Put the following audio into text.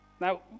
Now